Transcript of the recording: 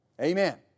Amen